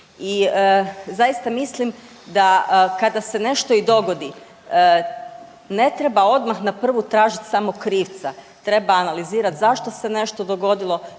I zaista mislim da kada se nešto i dogodi ne treba odmah na prvu tražit samo krivca, treba analizirat zašto se nešto dogodilo,